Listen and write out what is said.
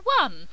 one